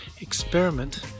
experiment